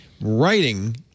writing